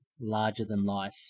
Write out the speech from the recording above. larger-than-life